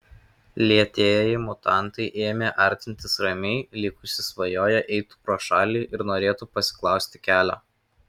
lėtieji mutantai ėmė artintis ramiai lyg užsisvajoję eitų pro šalį ir norėtų pasiklausti kelio